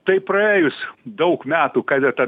tai praėjus daug metų kada ta